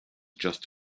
just